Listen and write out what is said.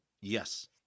yes